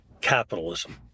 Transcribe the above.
capitalism